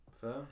Fair